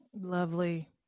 lovely